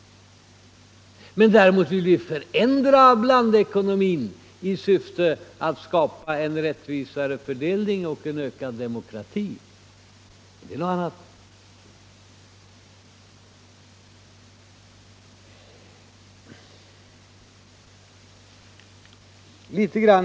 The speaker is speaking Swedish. Däremot vill vi förändra blandekonomin i syfte att skapa en rättvisare fördelning och ökad demokrati, men det är ju någonting helt annat.